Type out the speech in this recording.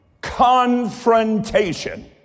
confrontation